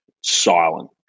silent